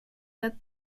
that